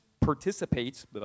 participates